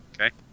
Okay